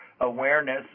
awareness